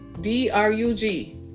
D-R-U-G